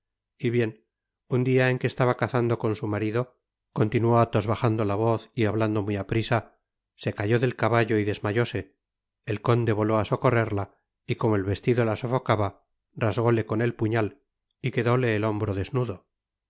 y bien un dia en que estaba cazando con su marido continuó athos bajando la voz y hablando muy aprisa se cayó det caballo y desmayóse el conde voló á socorrerla y como el vestido la sofocaba rasgóle con el puñal y quedóle el hombro desnudo